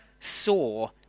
saw